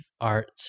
art